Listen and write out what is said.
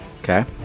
Okay